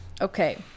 Okay